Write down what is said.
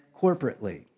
corporately